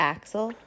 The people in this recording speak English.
Axel